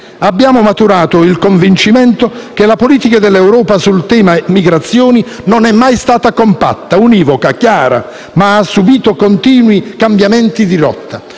Abbiamo maturato il convincimento che la politica dell'Europa sul tema delle migrazioni non è mai stata compatta, univoca, chiara, ma ha subito continui cambiamenti di rotta,